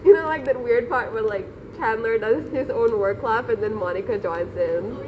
you know like that weird part where like candler does his own word club and than monica joins in